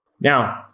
Now